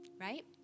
right